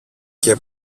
και